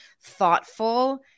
thoughtful